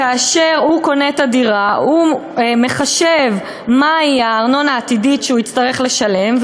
כאשר הוא קונה את הדירה הוא מחשב מהי הארנונה העתידית שהוא יצטרך לשלם,